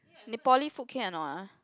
Nepali food can or not ah